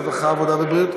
הרווחה והבריאות?